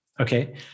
Okay